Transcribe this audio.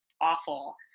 awful